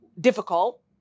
difficult